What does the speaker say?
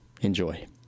Enjoy